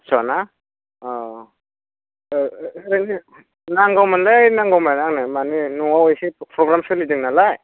पास्स'ना ओरैनो नांगौमोनलै नांगौमोन आंनो माने न'आव एसे प्रग्राम सोलिदों नालाय